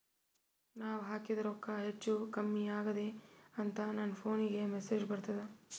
ನಾವ ಹಾಕಿದ ರೊಕ್ಕ ಹೆಚ್ಚು, ಕಮ್ಮಿ ಆಗೆದ ಅಂತ ನನ ಫೋನಿಗ ಮೆಸೇಜ್ ಬರ್ತದ?